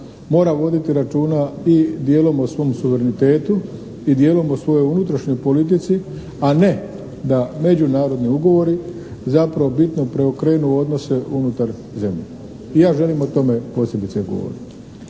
mora voditi računa i dijelom o svom suverenitetu i dijelom o svojoj unutrašnjoj politici a ne da međunarodni ugovori zapravo bitno preokrenu odnose unutar zemlje. Ja želim o tome posebice govoriti.